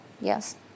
Yes